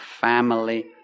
family